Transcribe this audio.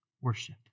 worship